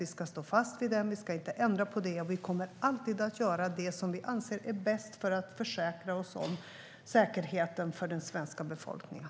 Vi ska stå fast vid den och inte ändra på det. Vi kommer alltid att göra det som vi anser är bäst för att försäkra oss om säkerheten för den svenska befolkningen.